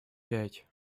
пять